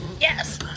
Yes